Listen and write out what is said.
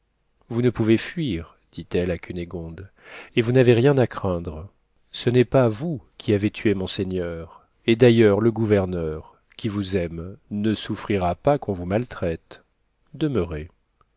vous ne pouvez fuir dit-elle à cunégonde et vous n'avez rien à craindre ce n'est pas vous qui avez tué monseigneur et d'ailleurs le gouverneur qui vous aime ne souffrira pas qu'on vous maltraite demeurez